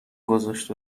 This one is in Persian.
گذاشت